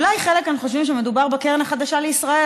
אולי חלק כאן חושבים שמדובר בקרן החדשה לישראל,